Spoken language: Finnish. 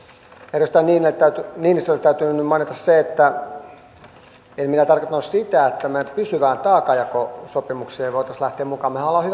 edustaja niinistölle täytyy nyt mainita se että en minä tarkoittanut sitä että me pysyvään taakanjakosopimukseen voisimme lähteä mukaan mehän olemme